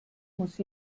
muss